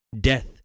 Death